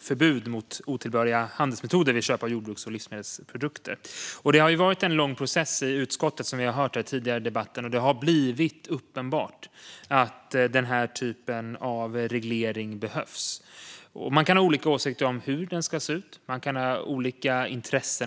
förbud mot otillbörliga handelsmetoder vid köp av jordbruks och livsmedelsprodukter. Vi har tidigare i debatten hört att det har varit en lång process i utskottet, och det har blivit uppenbart att den typen av reglering behövs. Man kan ha olika åsikter om hur den ska se ut, och man kan ha olika intressen.